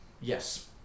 Yes